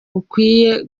ukwiye